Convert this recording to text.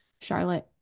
Charlotte